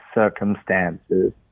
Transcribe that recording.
circumstances